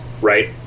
right